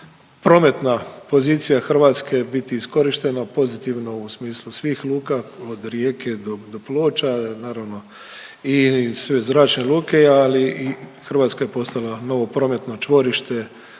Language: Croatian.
prometna pozicija Hrvatske biti iskorištena pozitivno u smislu svih luka od Rijeke do Ploča naravno i sve zračne luke, ali i Hrvatska je postala novo prometno čvorište